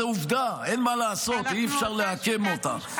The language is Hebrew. זאת עובדה, אין מה לעשות, אי-אפשר לעקם אותה.